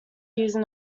using